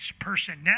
personnel